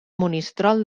monistrol